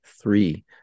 three